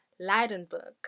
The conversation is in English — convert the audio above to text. Leidenburg